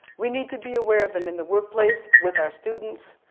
we need to be aware of them in the workplace with our students,